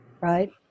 right